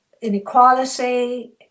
inequality